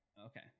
Okay